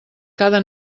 cada